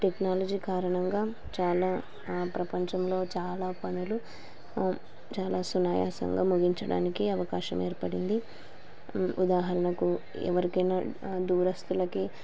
technology కారణంగా చాలా ప్రపంచంలో చాలా పనులు చాలా సునాయాసంగా ముగించడానికి అవకాశం ఏర్పడింది ఉదాహరణకు ఎవరికైనా దూరస్తులకి